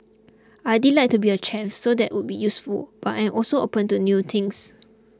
I'd like to be a chef so that would be useful but I'm also open to new things